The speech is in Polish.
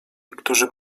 którzy